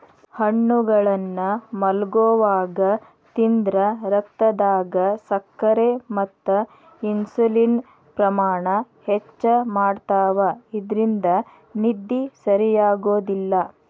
ಹಣ್ಣುಗಳನ್ನ ಮಲ್ಗೊವಾಗ ತಿಂದ್ರ ರಕ್ತದಾಗ ಸಕ್ಕರೆ ಮತ್ತ ಇನ್ಸುಲಿನ್ ಪ್ರಮಾಣ ಹೆಚ್ಚ್ ಮಾಡ್ತವಾ ಇದ್ರಿಂದ ನಿದ್ದಿ ಸರಿಯಾಗೋದಿಲ್ಲ